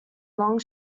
long